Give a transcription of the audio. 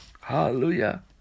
Hallelujah